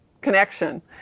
connection